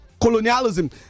colonialism